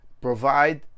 provide